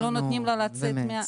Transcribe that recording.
שלא נותנים לה לצאת --- לא,